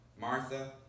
Martha